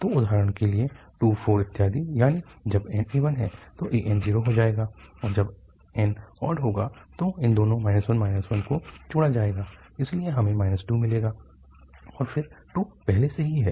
तो उदाहरण के लिए 2 4 इत्यादि यानी जब n इवन है तो an 0 हो जाएगा और जब n ऑड होगा तो इन दोनों 1 1 को जोड़ा जाएगा इसलिए हमें 2मिलेगा और फिर 2 पहले से ही है